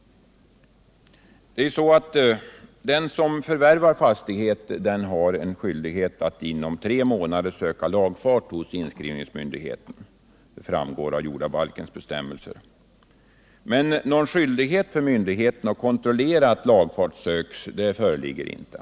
Den som förvärvat fastighet har skyldighet att inom tre månader söka lagfart hos inskrivningsmyndigheten — det framgår av jordabalkens bestämmelser. Men någon skyldighet för myndigheten att kontrollera att lagfart söks föreligger inte.